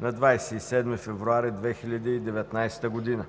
на 27 февруари 2019 г.